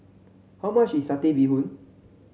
how much is Satay Bee Hoon